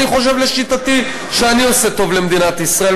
ואני חושב לשיטתי שאני עושה טוב למדינת ישראל.